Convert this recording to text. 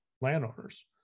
landowners